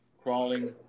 crawling